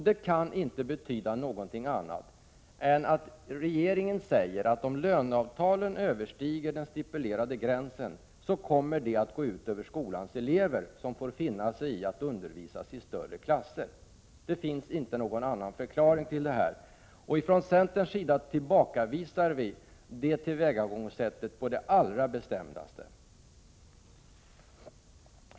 Detta kan inte betyda annat än att regeringen hävdar att om löneavtalen överstiger den stipulerade gränsen, kommer det att gå ut över skolans elever, som då får finna sig i att bli undervisade i större klasser. Det finns inte någon annan förklaring till detta. Från centerns sida tillbakavisar vi detta tillvägagångssätt på det allra bestämdaste.